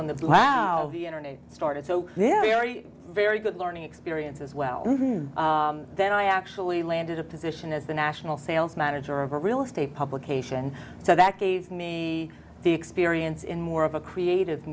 when the internet started so this very very good learning experience as well then i actually landed a position as the national sales manager of a real estate publication so that gave me the experience in more of a creative